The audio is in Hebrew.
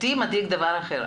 אותי מדאיג דבר אחר.